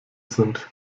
sind